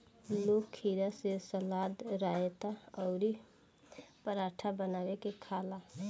लोग खीरा से सलाद, रायता अउरी पराठा बना के खाला